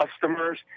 customers